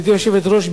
גברתי היושבת-ראש,